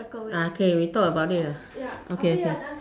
ah okay we talk about it lah okay okay